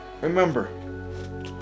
Remember